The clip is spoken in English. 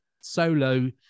solo